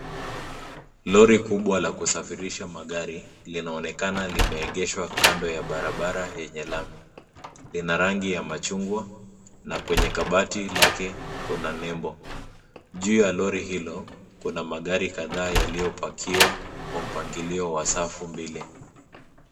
Lori kubwa la kusafirisha magari linaonekana limeegeshwa kando ya barabara yenye lami. Lina rangi ya machungwa na kwenye kabati lake kuna nembo. Juu ya lori hilo kuna magari kadhaa yaliyo pakiwa kwa mpangilo wa safu mbili.